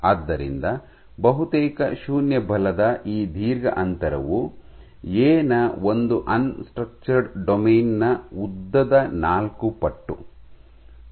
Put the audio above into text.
ಆದ್ದರಿಂದ ಬಹುತೇಕ ಶೂನ್ಯ ಬಲದ ಈ ದೀರ್ಘ ಅಂತರವು ಎ ನ ಒಂದು ಅನ್ ಸ್ಟ್ರಕ್ಚರ್ಡ್ ಡೊಮೇನ್ ನ ಉದ್ದದ ನಾಲ್ಕು ಪಟ್ಟು